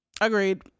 Agreed